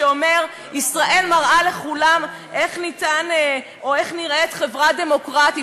שאומר: ישראל מראה לכולם איך נראית חברה דמוקרטית.